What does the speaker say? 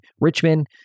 Richmond